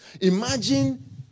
Imagine